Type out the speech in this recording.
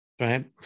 right